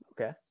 okay